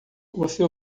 você